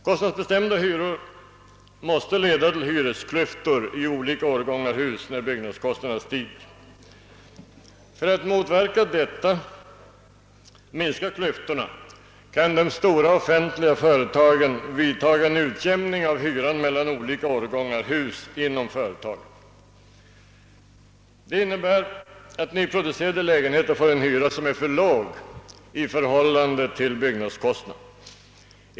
Kostnadsbestämda hyror måste leda till hyresklyftor i olika årgångar av hus när byggnadskostnaderna stiger. För att motverka detta och minska klyftorna kan de stora offentliga företagen vidta en utjämning av hyran mellan olika årgångar av hus inom företagen. Det innebär att nyproducerade lägenheter får en hyra som är för låg i förhållande till byggnadskostnaden.